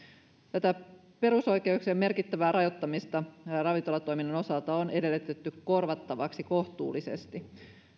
tätä perusoikeuksien merkittävää rajoittamista ravintolatoiminnan osalta on edellytetty korvattavaksi kohtuullisesti